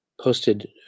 Posted